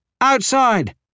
Outside